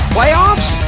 Playoffs